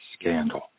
scandal